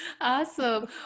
Awesome